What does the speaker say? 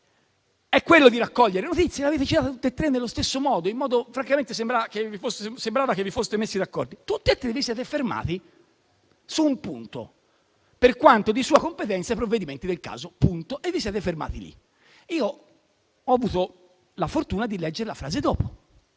quello di raccogliere notizie: l'avete citato tutti e tre nello stesso modo e francamente sembrava che vi foste messi d'accordo. Tutti e tre vi siete però fermati su un punto: «per quanto di sua competenza, i provvedimenti del caso» e vi siete fermati lì. Io ho avuto la fortuna di leggere la frase